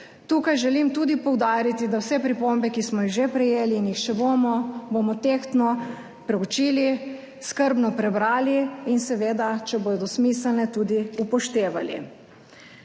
Tukaj želim tudi poudariti, da vse pripombe, ki smo jih že prejeli in jih še bomo, bomo tehtno preučili, skrbno prebrali in seveda, če bodo smiselne, tudi upoštevali.